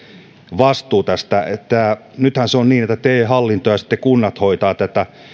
vastuu tästä nythän se on niin että te hallinto ja kunnat hoitavat tätä